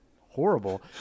horrible